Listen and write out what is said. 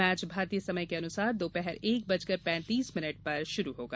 match भारतीय समय के अनुसार दोपहर एक बजकर पैंतीस मिनट पर शुरू होगा